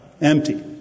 empty